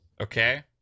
Okay